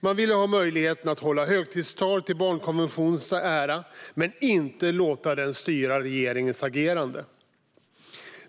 Man ville ha möjligheten att hålla högtidstal till barnkonventionens ära men inte låta den styra regeringens agerande.